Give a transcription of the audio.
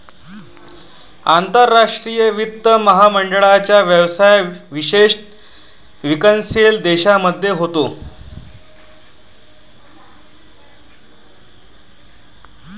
आंतरराष्ट्रीय वित्त महामंडळाचा व्यवसाय विशेषतः विकसनशील देशांमध्ये होतो